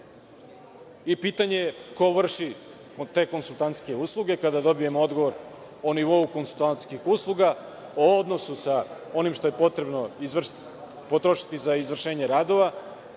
Pitanje je ko vrši te konsultantske usluge? Kada dobijemo odgovor o nivou konsultantskih usluga, o odnosu sa onim što je potrebno potrošiti za izvršenje radova,